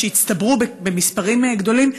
שהצטברו במספרים גדולים,